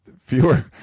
fewer